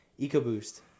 EcoBoost